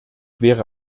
wäre